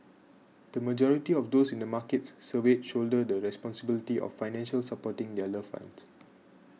the majority of those in the markets surveyed shoulder the responsibility of financially supporting their loved ones